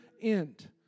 end